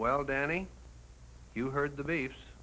well danny you heard the base